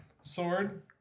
sword